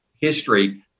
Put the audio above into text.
history